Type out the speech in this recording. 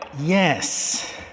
Yes